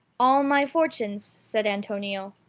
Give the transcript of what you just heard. all my fortunes, said antonio,